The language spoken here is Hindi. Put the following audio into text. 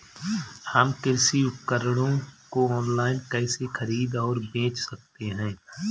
हम कृषि उपकरणों को ऑनलाइन कैसे खरीद और बेच सकते हैं?